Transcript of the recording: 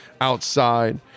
outside